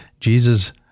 Jesus